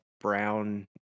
brown